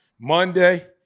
Monday